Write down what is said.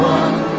one